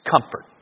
comfort